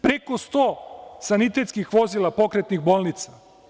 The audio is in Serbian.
Preko 100 sanitetskih vozila, pokretnih, bolnica.